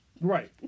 Right